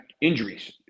injuries